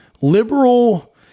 liberal